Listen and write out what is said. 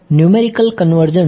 numerical convergence